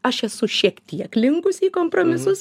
aš esu šiek tiek linkus į kompromisus